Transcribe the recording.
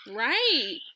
right